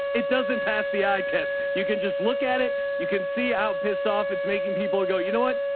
it doesn't pass the eye test. you can just look at it. you can see out piss off. it's making people go, you know what?